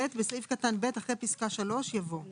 בסעיף קטן (ב), אחרי פסקה (3) יבוא: "(3)